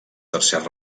tercer